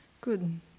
good